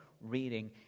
reading